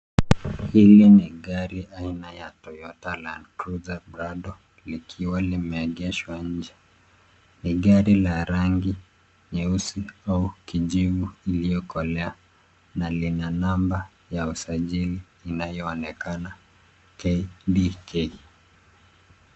Hili ni gari aina ya Toyota Landcruiser Prado likiwa limeegeshwa nje. Ni gari la rangi nyeusi au kijivu iliyokolea na lina namba ya usajili inayoonekana KDK.